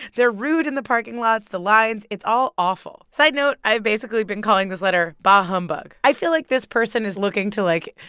they're rude in the parking lots, the lines it's all awful side note i have basically been calling this letter bah humbug. i feel like this person is looking to, like,